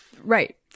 Right